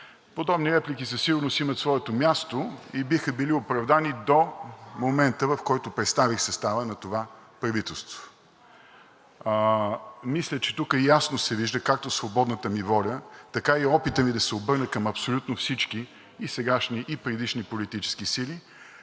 Подобни реплики със сигурност имат своето място и биха били оправдани до момента, в който представих състава на това правителство. Мисля, че тук ясно се виждат както свободната ми воля, така и опитът ми да се обърна към абсолютно всички – и сегашни, и предишни политически сили,